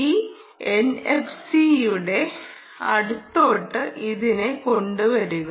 ഈ എൻഎഫ്സിയുടെ അടുത്തോട്ട് ഇതിനെ കൊണ്ടുവരുക